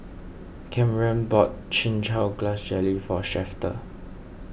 Kamren bought Chin Chow Grass Jelly for Shafter